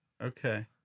Okay